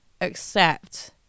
accept